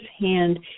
hand